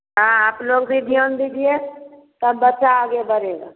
हाँ आप लोग भी ध्यान दीजिए तब बच्चा आगे बढ़ेगा